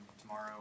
tomorrow